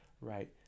right